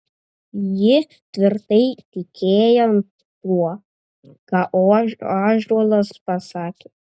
ji tvirtai tikėjo tuo ką ąžuolas pasakė